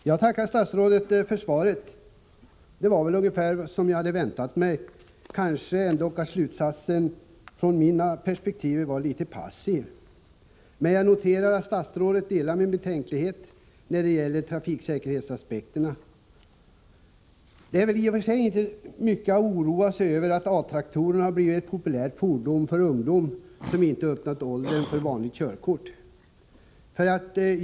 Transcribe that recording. Herr talman! Jag tackar för svaret. Det var väl ungefär som jag hade väntat mig. Kanske var slutsatsen i svaret ändå, från min synpunkt sett, litet passiv. Men jag noterar att statsrådet delar mina betänkligheter när det gäller trafiksäkerhetsaspekterna. Att A-traktorn blivit ett populärt fordon för ungdomar som ännu inte uppnått åldern för vanligt körkort är i och för sig inte särskilt mycket att oroa sig över.